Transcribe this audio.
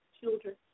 children